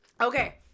Okay